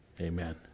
Amen